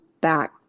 back